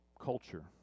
culture